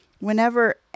whenever